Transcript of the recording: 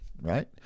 Right